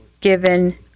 given